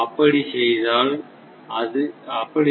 அப்படி செய்தால் இது 0